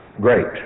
great